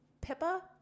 Pippa